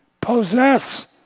Possess